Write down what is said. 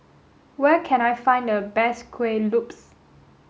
where can I find the best Kueh Lopes